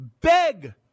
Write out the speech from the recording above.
beg